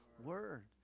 word